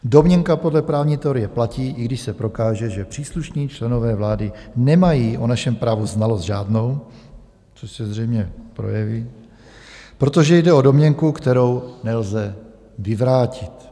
Domněnka podle právní teorie platí, i když se prokáže, že příslušní členové vlády nemají o našem právu znalost žádnou, což se zřejmě projeví, protože jde o domněnku, kterou nelze vyvrátit.